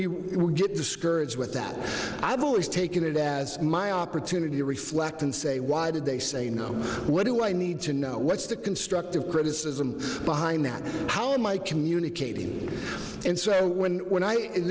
you will get discouraged with that i've always taken it as my opportunity to reflect and say why did they say no what do i need to know what's the constructive criticism behind that how am i communicating and so when when i in